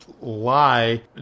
lie